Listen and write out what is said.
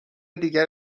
دیگر